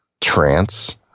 trance